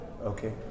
Okay